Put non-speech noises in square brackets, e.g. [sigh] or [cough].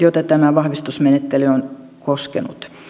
[unintelligible] joita tämä vahvistusmenettely on koskenut